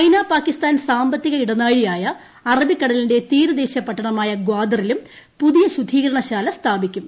China Pakistan സാമ്പത്തിക ഇടനാഴിയായ അറബിക്കടലിന്റെ തീരദേശ പട്ടണമായ ഗ്വാദറിലും പുതിയ ശുദ്ധീകരണശാല സ്ഥാപിക്കും